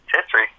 history